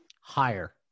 Higher